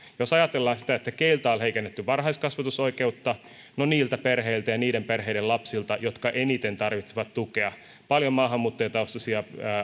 jos ajatellaan sitä keiltä on on heikennetty varhaiskasvatusoikeutta niin niiltä perheiltä ja niiden perheiden lapsilta jotka eniten tarvitsevat tukea paljon maahanmuuttajataustaisia